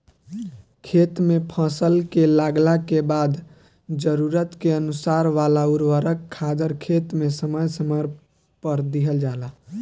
खेत में फसल के लागला के बाद जरूरत के अनुसार वाला उर्वरक खादर खेत में समय समय पर दिहल जाला